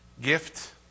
gift